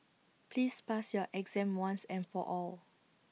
please pass your exam once and for all